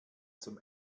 zum